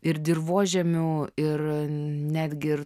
ir dirvožemiu ir netgi ir